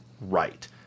right